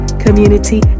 community